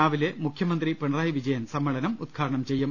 രാവിലെ മുഖ്യമന്ത്രി പിണറായി വിജയൻ സമ്മേളനം ഉദ്ഘാടനം ചെയ്യും